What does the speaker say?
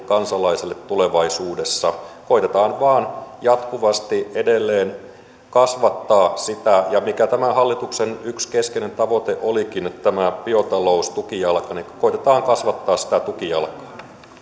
kansalaisille tulevaisuudessa koetetaan vain jatkuvasti edelleen kasvattaa sitä ja kun olikin tämän hallituksen yksi keskeinen tavoite tämä biotaloustukijalka niin koetetaan kasvattaa sitä tukijalkaa